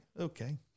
Okay